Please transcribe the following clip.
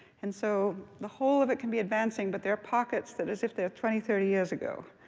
and so the whole of it can be advancing, but there are pockets that are as if they are twenty thirty years ago.